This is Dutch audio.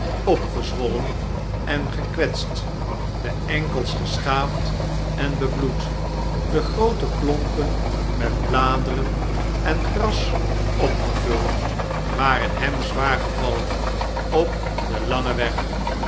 opgezwollen en gekwetst de enkels geschaafd en bebloed de groote klompen met bladeren en gras opgevuld waren hem zwaar gevallen op den langen weg